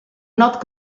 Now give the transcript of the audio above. not